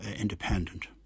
independent